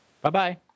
Bye-bye